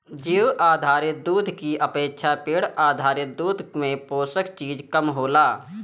जीउ आधारित दूध की अपेक्षा पेड़ आधारित दूध में पोषक चीज कम होला